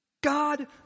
God